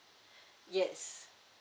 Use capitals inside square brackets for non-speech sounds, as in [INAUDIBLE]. [BREATH] yes